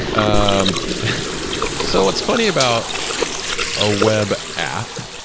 um so what's funny about a web app